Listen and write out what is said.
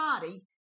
body